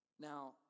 Now